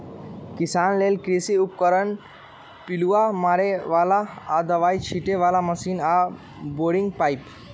किसान लेल कृषि उपकरण पिलुआ मारे बला आऽ दबाइ छिटे बला मशीन आऽ बोरिंग पाइप